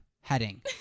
heading